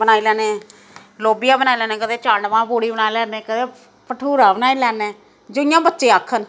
बनाई लैने लोबिया बनाई लैने कदें चांडमां पूड़ी बनाई लैने कदें भठूरा बनाई लैने जि'यां बच्चे आखन